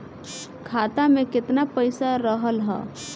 खाता में केतना पइसा रहल ह?